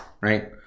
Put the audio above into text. right